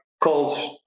calls